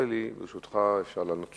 ואגף התנועה של משטרת ישראל אוכפים את תקנות